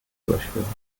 durchführen